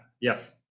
Yes